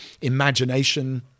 Imagination